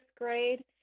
grade